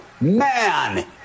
man